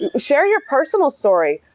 yeah share your personal story.